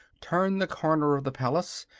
turned the corner of the palace,